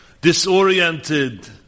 disoriented